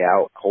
out